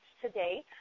today